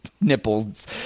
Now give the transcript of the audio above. nipples